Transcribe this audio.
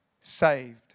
saved